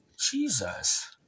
Jesus